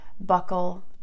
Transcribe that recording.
Buckle